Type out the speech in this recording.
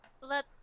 Let